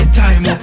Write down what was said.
time